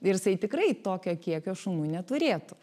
ir jisai tikrai tokio kiekio šunų neturėtų